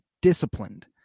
disciplined